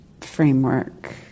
framework